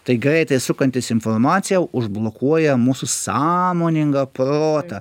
tai greitai sukantis informacija užblokuoja mūsų sąmoningą protą